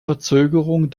verzögerung